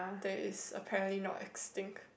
that is apparently not extinct